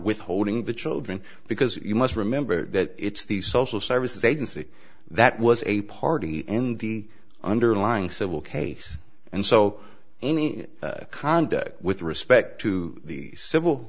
withholding the children because you must remember that it's the social services agency that was a party in the underlying civil case and so any conduct with respect to the civil